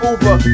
Uber